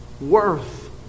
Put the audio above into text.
worth